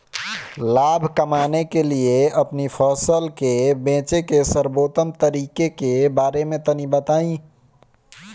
लाभ कमाने के लिए अपनी फसल के बेचे के सर्वोत्तम तरीके के बारे में तनी बताई?